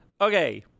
okay